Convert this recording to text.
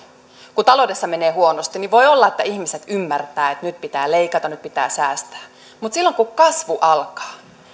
kun taloudessa menee huonosti niin voi olla että ihmiset ymmärtävät että nyt pitää leikata nyt pitää säästää mutta silloin kun kasvu alkaa